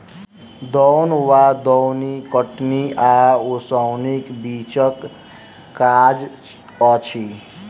दौन वा दौनी कटनी आ ओसौनीक बीचक काज अछि